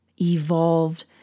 Evolved